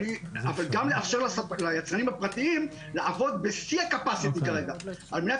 אבל גם לאשר ליצרנים הפרטיים לעבוד בשיא הקאפאסיטי כרגע על-מנת